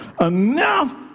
enough